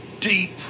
deep